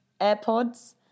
AirPods